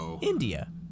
India